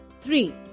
three